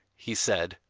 he said.